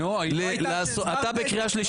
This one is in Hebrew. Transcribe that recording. נו --- אתה בקריאה שלישית.